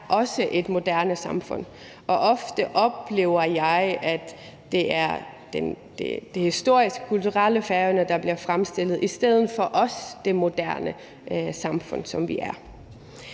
også er et moderne samfund, og ofte oplever jeg, at det er det historisk kulturelle Færøerne, der bliver fremstillet, i stedet for det moderne samfund, som vi